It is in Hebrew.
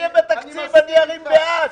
כשיהיה בתקציב, אני ארים בעד.